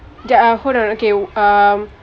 there are hold on okay um